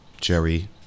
Jerry